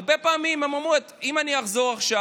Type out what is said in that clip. הרבה פעמים הן אומרות: אם אני אחזור עכשיו,